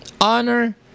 Honor